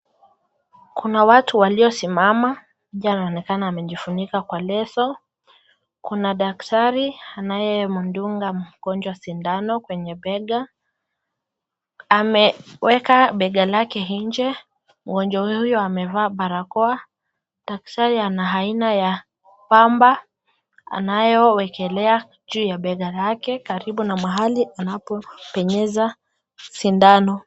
Kuna watu waliosimama, kijana anaonekana amejifunika kwa leso, kuna daktari anayemdunga mgonjwa sindano kwenye bega ameweka bega lake inje. Mgonjwa huyu amevaa barakoa, daktari ana haina ya pamba anayowekelea juu ya bega lake karibu na mahali anapopenyeza sindano.